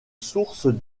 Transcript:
source